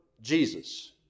Jesus